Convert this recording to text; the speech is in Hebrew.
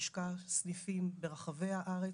ללשכה סניפים ברחבי הארץ,